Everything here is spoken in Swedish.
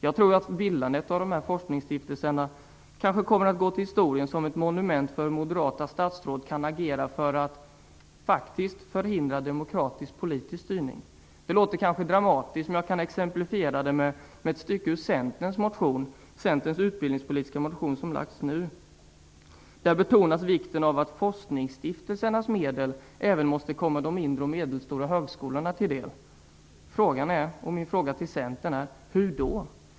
Jag tror att bildandet av dessa forskningsstiftelserna kanske kommer att gå till historien som ett monument över hur moderata statsråd kan agera för att faktiskt förhindra demokratisk politisk styrning. Det låter kanske dramatiskt, men jag kan exemplifiera det med ett stycke ur Centerns utbildningspolitiska motion som lagts fram nu. Där betonas vikten av att forskningsstiftelsernas medel även måste komma de mindre och medelstora högskolorna till del. Min fråga till Centern är: Hur då?